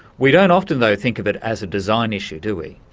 we don't often though think of it as a design issue, do we?